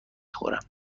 خورم